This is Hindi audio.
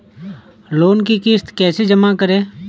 लोन की किश्त कैसे जमा करें?